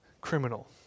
criminal